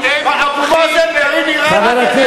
מה אבו מאזן וגרעין איראני, קשור בכלל?